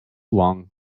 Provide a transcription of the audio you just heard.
long